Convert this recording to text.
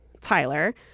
Tyler